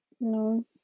No